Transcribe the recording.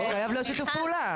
חייב להיות שיתוף פעולה.